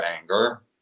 anger